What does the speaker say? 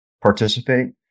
participate